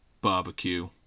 barbecue